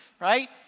Right